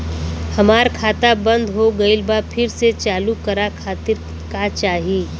हमार खाता बंद हो गइल बा फिर से चालू करा खातिर का चाही?